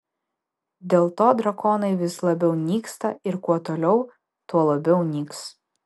dėl to drakonai vis labiau nyksta ir kuo toliau tuo labiau nyks